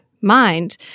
mind